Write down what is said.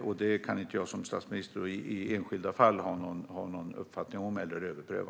Det kan jag inte som statsminister och i enskilda fall ha någon uppfattning om eller överpröva.